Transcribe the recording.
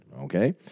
okay